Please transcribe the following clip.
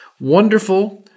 Wonderful